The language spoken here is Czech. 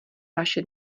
vaše